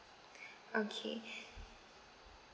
okay